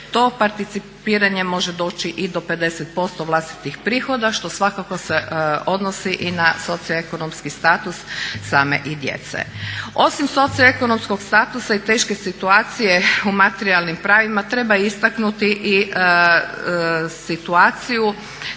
To participiranje može doći i do 50% vlastitih prihoda što svakako se odnosi i na socioekonomski status same i djece. Osim socioekonomskog statusa i teške situacije u materijalnim pravima treba istaknuti i situaciju